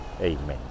Amen